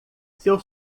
seu